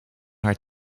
haar